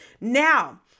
Now